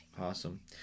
Awesome